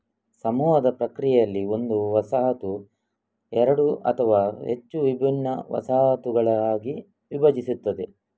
ಸಮೂಹದ ಪ್ರಕ್ರಿಯೆಯಲ್ಲಿ, ಒಂದು ವಸಾಹತು ಎರಡು ಅಥವಾ ಹೆಚ್ಚು ವಿಭಿನ್ನ ವಸಾಹತುಗಳಾಗಿ ವಿಭಜಿಸುತ್ತದೆ